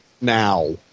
now